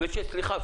וסליחה,